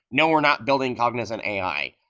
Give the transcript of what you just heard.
no, we're not building cognizant ai.